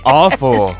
awful